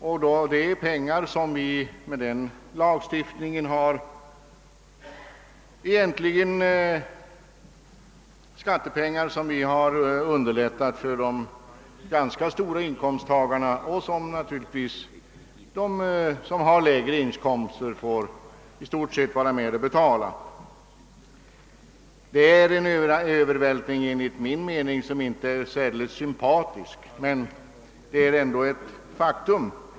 Det är skattepengar som ganska stora inkomsttagare genom denna lagstiftning har sluppit ifrån och som de som har lägre inkomst i stort sett får vara med om att betala. Enligt min mening är inte denna övervältring särdeles sympatisk, men den är ändå ett faktum.